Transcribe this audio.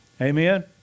Amen